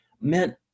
meant